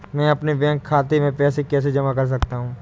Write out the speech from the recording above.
मैं अपने बैंक खाते में पैसे कैसे जमा कर सकता हूँ?